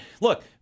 look